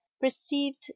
perceived